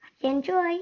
Enjoy